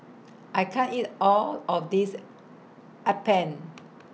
I can't eat All of This Appam